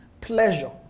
pleasure